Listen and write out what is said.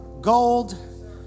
gold